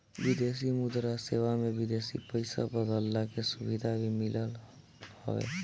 विदेशी मुद्रा सेवा में विदेशी पईसा बदलला के सुविधा भी मिलत हवे